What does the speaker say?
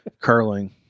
Curling